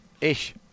Ish